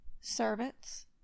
servants